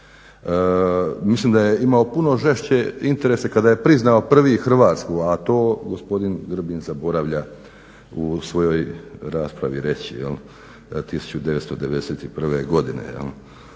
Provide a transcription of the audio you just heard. Mislim da je imao puno žešće interese kada je priznao prvi Hrvatsku, a to gospodin Grbin zaboravlja u svojoj raspravi reći 1991. godine.